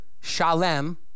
Shalem